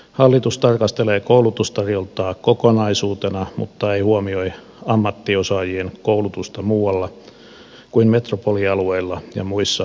hallitus tarkastelee koulutustarjontaa kokonaisuutena mutta ei huomioi ammattiosaajien koulutusta muualla kuin metropolialueella ja muissa kasvukeskuksissa